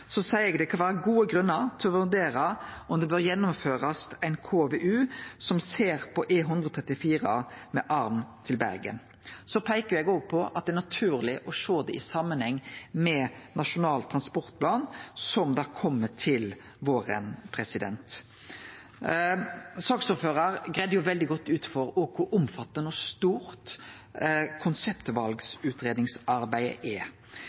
det kan vere gode grunnar til å vurdere om ein KVU som ser på E134 med arm til Bergen, bør gjennomførast. Eg peiker òg på at det er naturleg å sjå det i samanheng med Nasjonal transportplan, som kjem til våren. Saksordføraren greidde veldig godt ut for kor omfattande og stort konseptvalutgreiingsarbeid er.